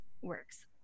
works